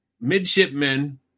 midshipmen